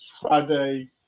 Friday